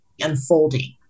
unfolding